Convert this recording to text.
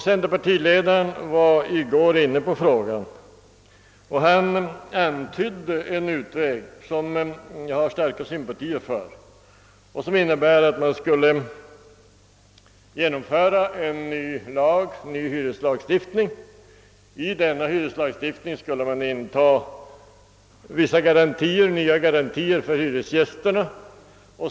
Centerpartiledaren var i går inne på frågan, och han antydde en utväg, som jag har starka sympatier för och som innebär, att man skulle genomföra en ny hyreslagstiftning. I denna hyreslagstiftning skulle man inta vissa nya garantier för hyresgästerna.